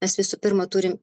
mes visų pirma turim